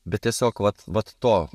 bet tiesiog vat vat to